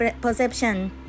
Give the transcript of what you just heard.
perception